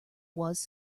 was